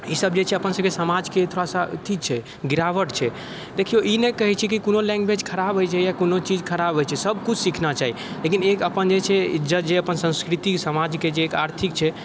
ई सब जे छै अपन सबके समाजके थोड़ा सा अथी छै गिरावट छै देखिऔ ई नहि कहैत छी कि कोनो लैंग्विज खराब होइत छै या कोनो चीज खराब होइत छै सब किछु सीखना चाही लेकिन एक अपन जे छै इज्जत जे अपन संस्कृति समाजके जे एक आर्थिक छै